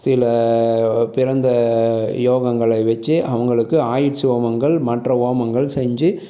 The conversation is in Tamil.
சில பிறந்த யோகங்களை வச்சு அவங்களுக்கு ஆயிட்ஸ் ஹோமங்கள் மற்ற ஹோமங்கள் செஞ்சு